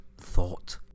thought